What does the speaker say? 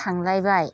थांलायबाय